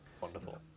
Wonderful